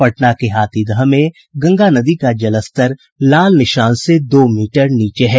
पटना के हाथीदह में गंगा नदी का जलस्तर खतरे के निशान से दो मीटर नीचे है